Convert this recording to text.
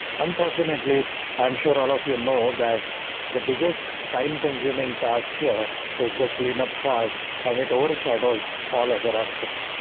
unfortunately i'm sure all of you know that the biggest time consuming task here is the cleanup part and it overshadows all other aspects.